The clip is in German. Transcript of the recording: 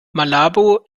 malabo